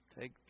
take